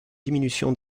diminution